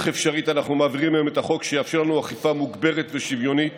אפשרית אנחנו מעבירים היום את החוק שיאפשר לנו אכיפה מוגברת ושוויונית